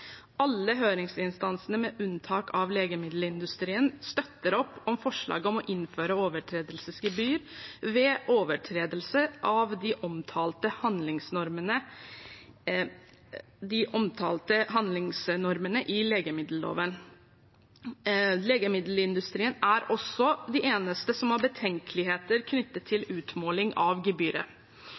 Alle høringsinstansene, med unntak av Legemiddelindustrien, støtter opp om forslaget om å innføre overtredelsesgebyr ved overtredelse av de omtalte handlingsnormene i legemiddelloven. Legemiddelindustrien er også de eneste som har betenkeligheter knyttet til utmåling av gebyret.